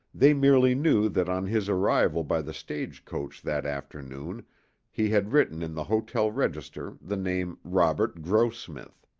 they merely knew that on his arrival by the stage coach that afternoon he had written in the hotel register the name robert grossmith.